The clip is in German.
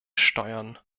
steuern